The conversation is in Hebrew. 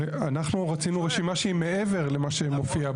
הרי אנחנו רצינו רשימה שהיא מעבר למה שמופיע.